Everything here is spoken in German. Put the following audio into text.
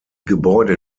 gebäude